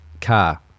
car